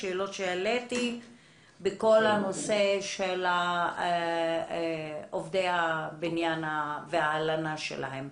השאלות שהעליתי בכל הנושא של עובדי הבניין וההלנה שלהם.